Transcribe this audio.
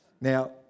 Now